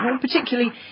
particularly